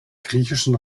griechischen